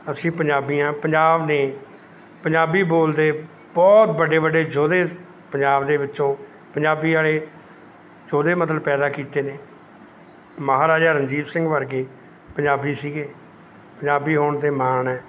ਅਸੀਂ ਪੰਜਾਬੀ ਹਾਂ ਪੰਜਾਬ ਦੇ ਪੰਜਾਬੀ ਬੋਲਦੇ ਬਹੁਤ ਵੱਡੇ ਵੱਡੇ ਯੋਧੇ ਪੰਜਾਬ ਦੇ ਵਿੱਚੋਂ ਪੰਜਾਬੀ ਵਾਲੇ ਯੋਧੇ ਮਤਲਬ ਪੈਦਾ ਕੀਤੇ ਨੇ ਮਹਾਰਾਜਾ ਰਣਜੀਤ ਸਿੰਘ ਵਰਗੇ ਪੰਜਾਬੀ ਸੀਗੇ ਪੰਜਾਬੀ ਹੋਣ 'ਤੇ ਮਾਣ ਹੈ